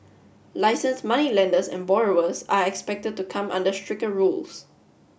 licensed moneylenders and borrowers are expected to come under stricter rules